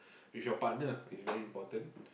with your partner is very important